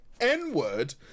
N-word